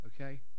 Okay